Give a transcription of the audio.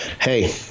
hey